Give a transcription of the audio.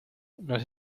nos